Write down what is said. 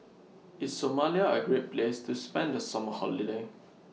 IS Somalia A Great Place to spend The Summer Holiday